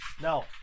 No